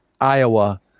iowa